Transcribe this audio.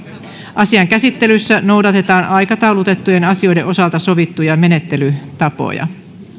asian käsittelyssä noudatetaan aikataulutettujen asioiden osalta sovittuja menettelytapoja